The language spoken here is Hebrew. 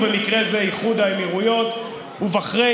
ובמקרה זה איחוד האמירויות ובחריין,